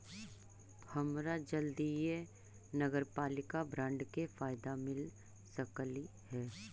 हमरा जल्दीए नगरपालिका बॉन्ड के फयदा मिल सकलई हे